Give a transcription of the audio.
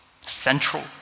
central